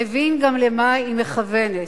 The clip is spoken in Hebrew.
הבין גם למה היא מכוונת.